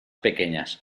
pequeñas